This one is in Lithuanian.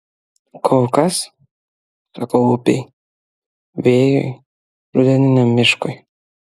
kol kas sakau upei vėjui rudeniniam miškui